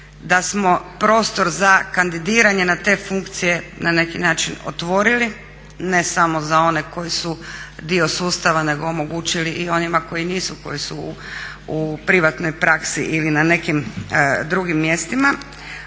da smo prostor za kandidiranje na te funkcije na neki način otvorili, ne samo za one koji su dio sustava nego omogućili i onima koji nisu, koji su u privatnoj praksi ili na nekim drugim mjestima,